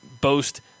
boast